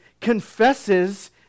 confesses